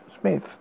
Smith